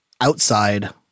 Outside